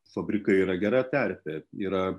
fabrikai yra gera terpė yra